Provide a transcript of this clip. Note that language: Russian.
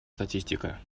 статистика